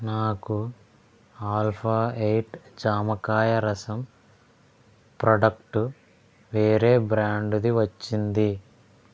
నాకు alpha eight జామకాయ రసం ప్రోడక్టు వేరే బ్రాండుది వచ్చింది